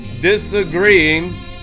disagreeing